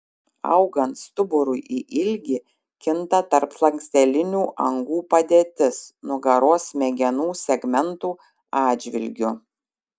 augant stuburui į ilgį kinta tarpslankstelinių angų padėtis nugaros smegenų segmentų atžvilgiu